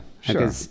Sure